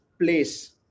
place